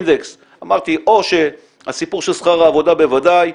הסיפור של שכר העבודה בוודאי,